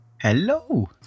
Hello